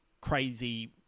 crazy